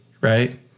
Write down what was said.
right